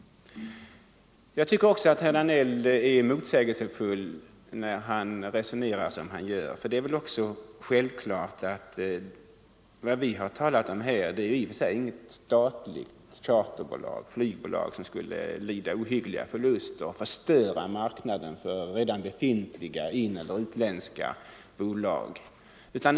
Herr Danells resonemang är motsägelsefullt. Vad vi har talat om är inte något statligt flygbolag, som skulle tillåtas lida stora förluster och förstöra marknaden för redan befintliga bolag.